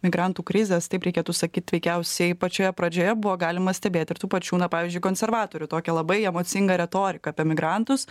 migrantų krizės taip reikėtų sakyt veikiausiai pačioje pradžioje buvo galima stebėti ir tų pačių na pavyzdžiui konservatorių tokia labai emocingą retoriką apie migrantus